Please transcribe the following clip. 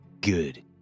Good